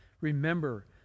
remember